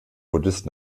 buddhist